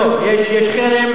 לא, יש חרם.